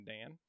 Dan